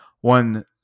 one